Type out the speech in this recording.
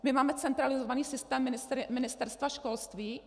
My máme centralizovaný systém Ministerstva školství?